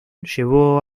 llevó